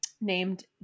named